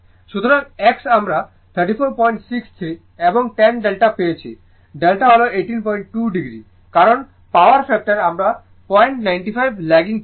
সুতরাং x আমরা 3463 এবং tan delta পেয়েছি delta হল 182o কারণ পাওয়ার ফ্যাক্টর আমরা 095 ল্যাগিং চাই